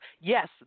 Yes